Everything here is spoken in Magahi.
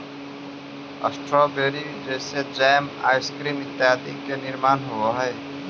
स्ट्रॉबेरी से जैम, आइसक्रीम इत्यादि के निर्माण होवऽ हइ